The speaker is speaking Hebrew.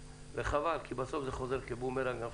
וחבל כי בסוף זה חוזר כבומרנג.